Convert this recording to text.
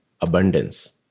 abundance